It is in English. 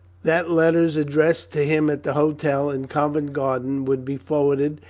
that letters addressed to him at the hotel in covent garden would be forwarded,